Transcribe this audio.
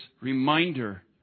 reminder